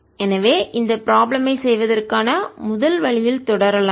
எனவே இந்த ப்ராப்ளம் ஐ செய்வதற்கான முதல் வழியில் தொடரலாம்